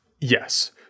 Yes